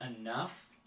enough